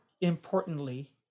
importantly